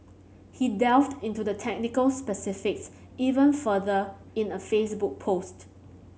he delved into the technical specifics even further in a Facebook post